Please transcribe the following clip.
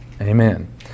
amen